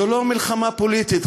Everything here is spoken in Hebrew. זאת לא מלחמה פוליטית,